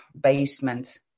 basement